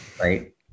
Right